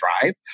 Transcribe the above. drive